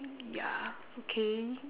ya okay